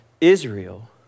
Israel